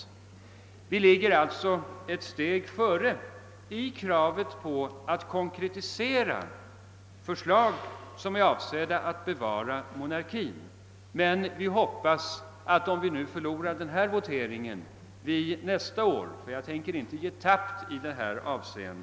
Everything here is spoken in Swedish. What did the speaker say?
Vi ligger alltså ett steg före i kravet på att konkretisera förslag som är avsedda att bevara monarkin, men vi hoppas att vi, om vi nu förlorar i voteringen, nästa år skall få fullt stöd av folkpartiet och centern.